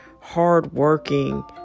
hardworking